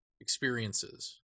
experiences